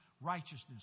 righteousness